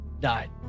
died